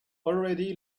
already